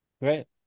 Right